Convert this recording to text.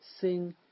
Sing